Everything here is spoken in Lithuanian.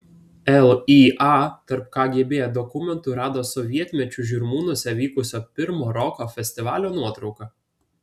lya tarp kgb dokumentų rado sovietmečiu žirmūnuose vykusio pirmo roko festivalio nuotrauką